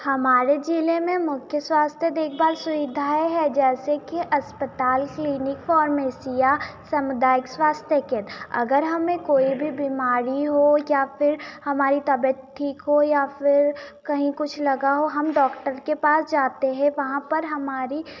हमारे ज़िले में मुख्य स्वास्थ देख भाल सुविधाएं हैं जैसे कि अस्पताल क्लिनिक फ़ोरमेसी या समुदायिक स्वास्थ्य केंद्र अगर हमें कोई भी बीमारी हो या फिर हमारी तबियत ठीक हो या फिर कहीं कुछ लगा हो हम डॉक्टर के पास जाते हैं वहाँ पर हमारी